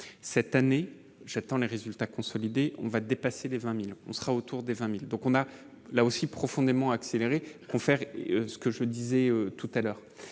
cette année, j'attends les résultats consolidés, on va dépasser les 20000 on sera autour des 20000 donc on a là aussi profondément accéléré qu'on fait et ce que je disais tout à l'heure